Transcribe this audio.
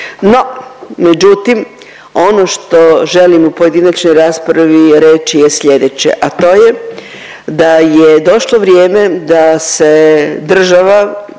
No, međutim ono što želim u pojedinačnoj raspravi je reći je slijedeće, a to je da je došlo vrijeme da se država